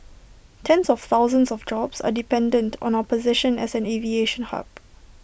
tens of thousands of jobs are dependent on our position as an aviation hub